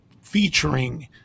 featuring